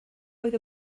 oedd